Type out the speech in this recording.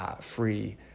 free